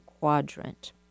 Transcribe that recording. quadrant